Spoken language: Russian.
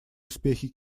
успехи